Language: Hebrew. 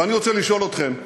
ואני רוצה לשאול אתכם,